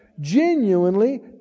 genuinely